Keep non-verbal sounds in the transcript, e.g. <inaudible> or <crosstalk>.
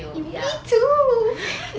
me too <laughs>